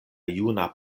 juna